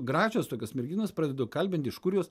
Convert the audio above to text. gražios tokios merginos pradedu kalbint iš kur jos